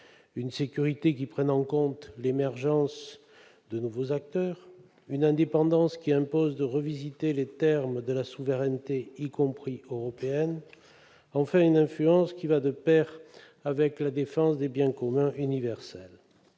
une sécurité qui prenne en compte l'émergence de nouveaux acteurs ; une indépendance qui impose de revisiter les termes de la souveraineté, y compris européenne ; enfin, une influence qui va de pair avec la défense des biens communs universels.